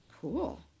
cool